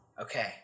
Okay